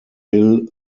bill